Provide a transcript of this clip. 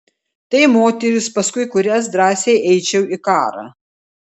tai moterys paskui kurias drąsiai eičiau į karą